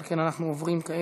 על כן, אנחנו עוברים כעת